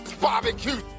barbecue